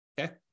Okay